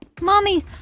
Mommy